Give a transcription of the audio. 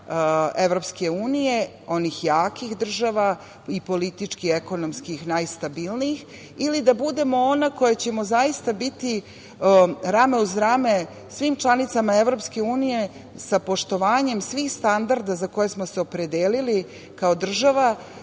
članica EU, onih jakih država i politički i ekonomski najstabilnijih ili da budemo ona koja će zaista biti rame uz rame svim članicama EU, sa poštovanjem svih standarda za koje smo se opredelili kao država